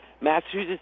Massachusetts